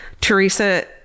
Teresa